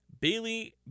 Bailey